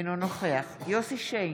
אינו נוכח יוסף שיין,